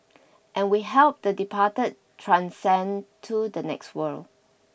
and we help the departed transcend to the next world